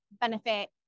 benefit